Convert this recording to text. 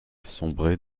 sombré